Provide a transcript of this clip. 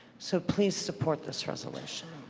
so please support this resolution